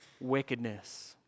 wickedness